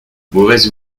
mauvaise